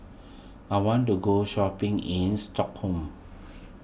I want to go shopping in Stockholm